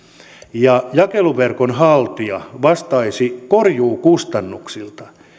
ja jakeluverkon haltija vastaisi korjuukustannuksista